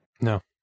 No